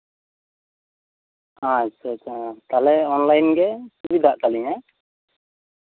ᱛᱟᱦᱞᱮ ᱚᱱᱞᱟᱭᱤᱱ ᱜᱮ ᱥᱩᱵᱤᱫᱷᱟᱜ ᱛᱟᱞᱤᱧᱟ